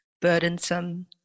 burdensome